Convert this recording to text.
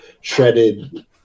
shredded